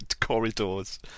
corridors